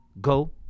go